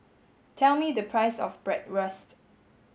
tell me the price of Bratwurst